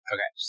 Okay